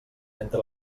entre